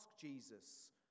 Jesus